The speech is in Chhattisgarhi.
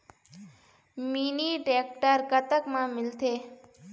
मिनी टेक्टर कतक म मिलथे?